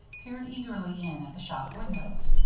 peered eagerly in at the shop windows.